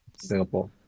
Singapore